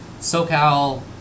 SoCal